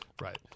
right